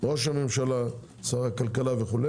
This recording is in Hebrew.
ראש הממשלה, שר הכלכלה וכו'.